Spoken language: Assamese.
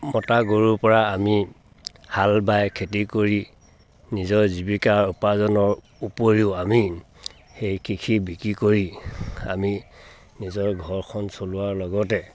মতা গৰুৰ পৰা আমি হাল বাই খেতি কৰি নিজৰ জীৱিকা উপাৰ্জনৰ উপৰিও আমি সেই কৃষি বিক্ৰী কৰি আমি নিজৰ ঘৰখন চলোৱাৰ লগতে